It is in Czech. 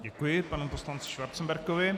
Děkuji panu poslanci Schwarzenbergovi.